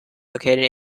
located